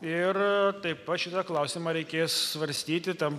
ir taip pat šitą klausimą reikės svarstyti tam